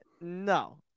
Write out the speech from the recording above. No